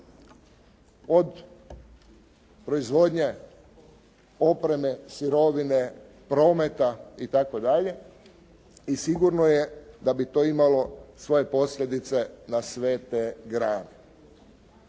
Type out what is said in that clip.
od proizvodnje opreme, sirovine, prometa i tako dalje i sigurno je da bi to imalo svoje posljedice na sve te grane.